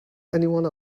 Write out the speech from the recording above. anyone